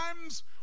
times